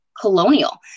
colonial